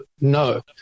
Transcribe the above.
no